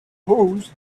post